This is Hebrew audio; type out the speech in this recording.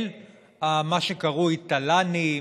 אל מה שקרוי תל"נים,